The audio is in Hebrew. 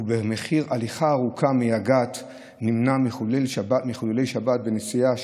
ובמחיר הליכה ארוכה ומייגעת נמנע מחילולי שבת בנסיעה.